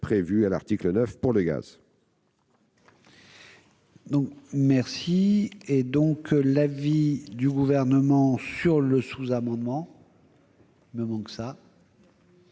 prévu à l'article 9 pour le gaz.